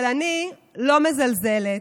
אבל אני לא מזלזלת,